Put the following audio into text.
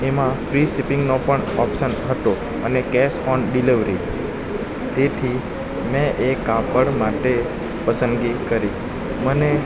એમાં ફ્રી શિપિંગનો પણ ઓપ્શન હતો અને કેશ ઓન ડિલિવરી તેથી મેં એ કાપડ માટે પસંદગી કરી મને